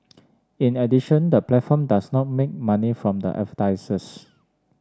in addition the platform does not make money from the advertisers